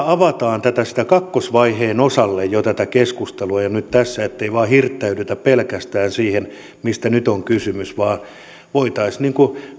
avataan tämän kakkosvaiheen osalle vähän tätä keskustelua jo nyt ettei vain hirttäydytä pelkästään siihen mistä nyt on kysymys vaan voitaisiin